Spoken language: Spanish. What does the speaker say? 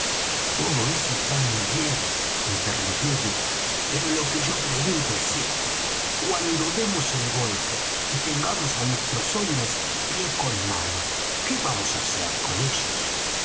todo eso está muy bien interrumpió dick pero lo que yo pregunto es esto cuando demos el golpe y tengamos á nuestros hombres pie con mano qué vamos á hacer con ellos